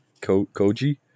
Koji